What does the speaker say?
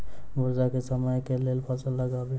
वर्षा केँ समय मे केँ फसल लगाबी?